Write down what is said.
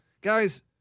Guys